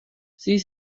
sie